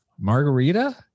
Margarita